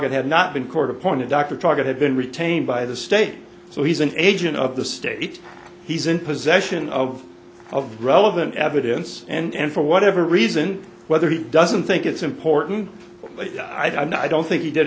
truck had not been court appointed doctor talk it had been retained by the state so he's an agent of the state he's in possession of of relevant evidence and for whatever reason whether he doesn't think it's important i don't think he did